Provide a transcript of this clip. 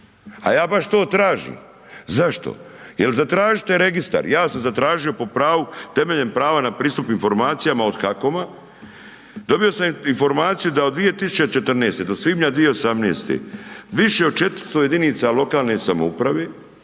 a ja baš to tražim. Zašto? Jel zatražite registar, ja sam zatražio po pravu, temeljem prava na pristup informacijama od HAKOM-a, dobio sam informaciju da od 2014. do svibnja 2018. više od 400 jedinica lokalne samouprave